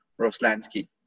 Roslansky